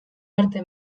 arte